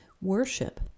worship